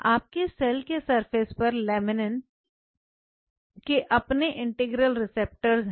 आपके सेल के सरफेस पर लैमिनिन के अपने इंटीग्रल रिसेप्टर्स है